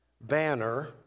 banner